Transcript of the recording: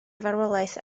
farwolaeth